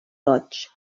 goigs